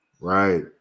Right